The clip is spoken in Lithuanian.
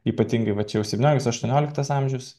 ypatingai va čia jau septynioliktas aštuonioliktas amžius